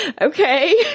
okay